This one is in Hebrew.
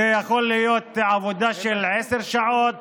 זו יכולה להיות עבודה של עשר שעות,